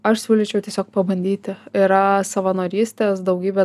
aš siūlyčiau tiesiog pabandyti yra savanorystės daugybė